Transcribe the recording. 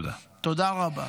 תודה רבה.